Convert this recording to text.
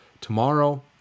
tomorrow